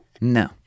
No